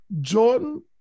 Jordan